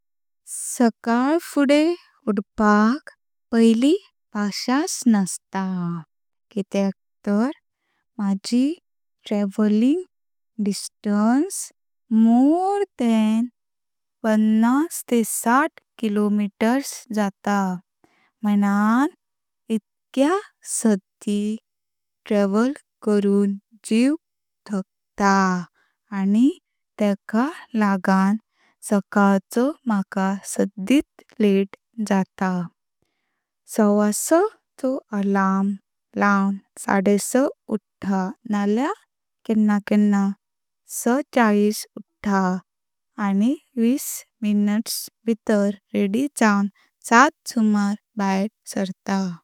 सकालफुडे उठपाक पैली पाशास नस्था कित्याक ताऱ माजी ट्रॅव्हलिंग डिस्टन्स मोर थान पन्नास-साठ किलो मीटर्स जाता म्हूनां इतक्या साड्डि ट्रॅव्हल करुं जीव थाकता आनी तेका लागणं सकाळचो माका साड्डित लेट जाता। सव्हासहचो अलार्म लांवणं साडेसह उठणां कंणां कंणां सहह चालिस उठ आनी विस मिनट्स भीतार रेडी जावं सात सुमारं भार सर्टाय।